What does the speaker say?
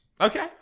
Okay